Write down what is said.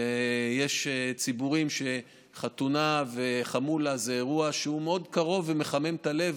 ויש ציבורים שחתונה בחמולה זה אירוע שהוא מאוד קרוב ומחמם את הלב,